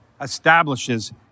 establishes